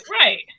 Right